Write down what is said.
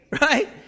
Right